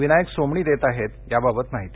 विनायक सोमणी देत आहेत याबाबत माहिती